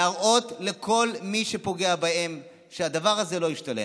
להראות לכל מי שפוגע בהם שהדבר הזה לא ישתלם.